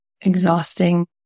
exhausting